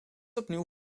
opnieuw